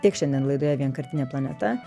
tiek šiandien laidoje vienkartinė planeta